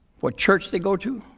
what church they go to,